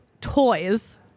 toys